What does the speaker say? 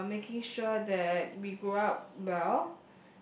uh making sure that we grow up well